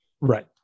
Right